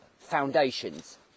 foundations